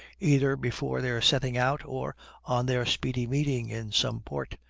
either before their setting out or on their speedy meeting in some port,